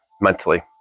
mentally